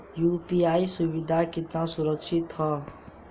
UPI सुविधा केतना सुरक्षित ह?